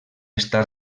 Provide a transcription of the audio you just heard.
està